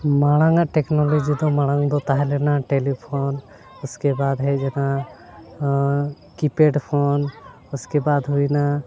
ᱢᱟᱲᱟᱝ ᱟᱜ ᱴᱮᱠᱱᱳᱞᱚᱡᱤ ᱫᱚ ᱢᱟᱲᱟᱝ ᱫᱚ ᱛᱟᱦᱮᱸ ᱞᱮᱱᱟ ᱴᱮᱞᱤᱯᱷᱚᱱ ᱤᱥᱠᱮᱵᱟᱫ ᱦᱮᱡ ᱞᱮᱱᱟ ᱠᱤᱯᱮᱰ ᱯᱷᱳᱱ ᱩᱥᱠᱮ ᱵᱟᱫ ᱦᱩᱭᱱᱟ